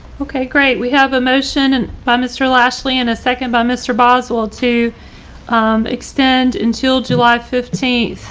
okay, great. we have a motion and by mr. lashley. and a second by mr. boswell to um extend until july fifteen.